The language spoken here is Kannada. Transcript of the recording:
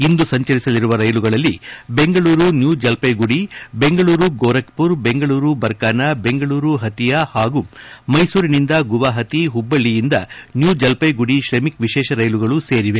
ಇಂದು ಸಂಚರಿಸಲಿರುವ ರೈಲುಗಳಲ್ಲಿ ದೆಂಗಳೂರು ನ್ಯೂಜಲ್ವಾಯ್ಗುರಿ ಬೆಂಗಳೂರು ಗೋರಕ್ಪುರ್ ಬೆಂಗಳೂರು ಬರ್ಕಾನಾ ಬೆಂಗಳೂರು ಪತಿಯಾ ಹಾಗೂ ಮೈಸೂರಿನಿಂದ ಗೌಹಾತಿ ಹುಬ್ಬಳ್ಳಯಿಂದ ನ್ಯೂ ಜಲ್ವಾಯ್ಗುರಿ ಶ್ರಮಿಕ್ ವಿಶೇಷ ರೈಲುಗಳು ಸೇರಿವೆ